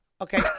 Okay